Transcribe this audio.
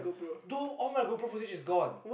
do all my GoPro footage is gone